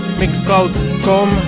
mixcloud.com